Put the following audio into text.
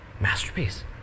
Masterpiece